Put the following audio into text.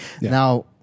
Now